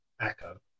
echo